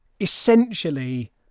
essentially